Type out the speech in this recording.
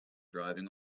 driving